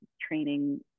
training